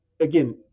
Again